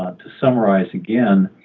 ah to summarize again,